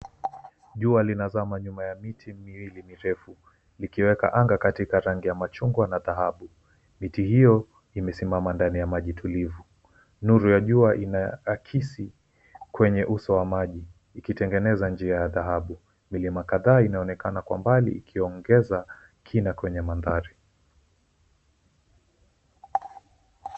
Jua linazama nyuma ya miti miwili mirefu likiweka anga katika rangi ya machungwa na dhahabu. Miti hio imesimama ndani ya maji tulivu. Nuru ya jua inaakisi kwenye uso wa maji ikitengeneza njia ya dhahabu. Milima kadhaa inaonekana kwa mbali ikongeza kina kwenye mandhari.